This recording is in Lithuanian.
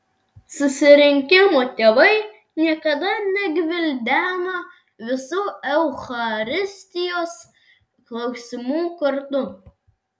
susirinkimo tėvai niekada negvildeno visų eucharistijos klausimų kartu